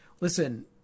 listen